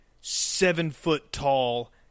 seven-foot-tall